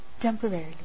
temporarily